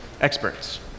experts